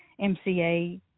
MCA